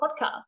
podcast